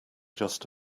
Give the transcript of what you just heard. just